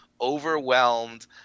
overwhelmed